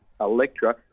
Electra